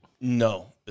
No